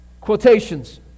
Quotations